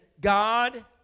God